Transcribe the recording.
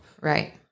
Right